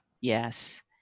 yes